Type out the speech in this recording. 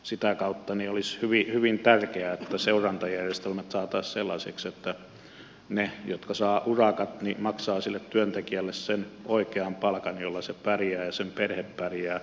sitä kautta olisi hyvin tärkeää että seurantajärjestelmät saataisiin sellaisiksi että ne jotka saavat urakat maksavat sille työntekijälle sen oikean palkan jolla hän pärjää ja hänen perheensä pärjää